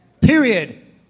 Period